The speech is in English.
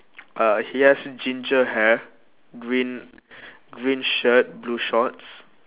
uh he has ginger hair green green shirt blue shorts